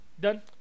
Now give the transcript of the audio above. Done